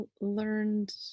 learned